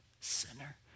sinner